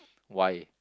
why